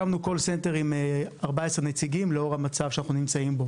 הקמנו Call Center עם 14 נציגים לאור המצב בו אנחנו נמצאים.